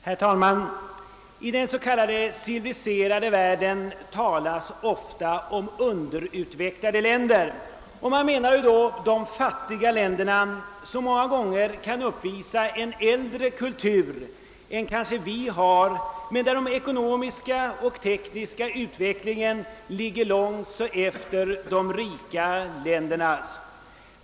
Herr talman! I den s.k. civiliserade världen talas ofta om underutvecklade länder, och man menar då de fattiga länderna som många gånger kan uppvisa en äldre kultur än kanske vi har, medan den ekonomiska och tekniska utvecklingen ligger långt efter de rika ländernas.